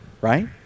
right